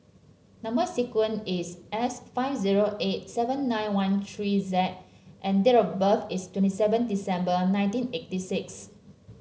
number sequence is S five zero eight seven nine one three Z and date of birth is twenty seven December nineteen eighty six